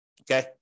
okay